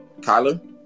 Kyler